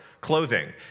clothing